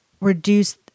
reduce